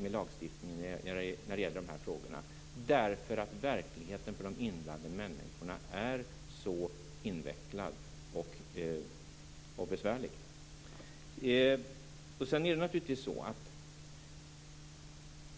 med lagstiftning i de här frågorna, därför att verkligheten för de inblandade människorna är så invecklad och besvärlig.